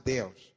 Deus